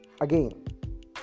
again